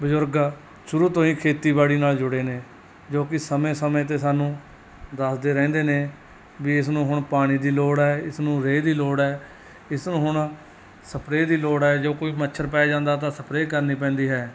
ਬਜ਼ੁਰਗ ਸ਼ੁਰੂ ਤੋਂ ਹੀ ਖੇਤੀਬਾੜੀ ਨਾਲ ਜੁੜੇ ਨੇ ਜੋ ਕਿ ਸਮੇਂ ਸਮੇਂ 'ਤੇ ਸਾਨੂੰ ਦੱਸਦੇ ਰਹਿੰਦੇ ਨੇ ਵੀ ਇਸ ਨੂੰ ਹੁਣ ਪਾਣੀ ਦੀ ਲੋੜ ਹੈ ਇਸ ਨੂੰ ਰੇਹ ਦੀ ਲੋੜ ਹੈ ਇਸਨੂੰ ਹੁਣ ਸਪਰੇ ਦੀ ਲੋੜ ਹੈ ਜੇ ਕੋਈ ਮੱਛਰ ਪੈ ਜਾਂਦਾ ਤਾਂ ਸਪਰੇ ਕਰਨੀ ਪੈਂਦੀ ਹੈ